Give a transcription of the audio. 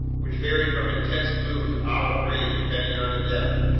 which varied from intense blue to olive green depending on the depth.